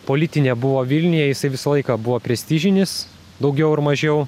politinė buvo vilniuje jisai visą laiką buvo prestižinis daugiau ar mažiau